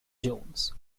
jones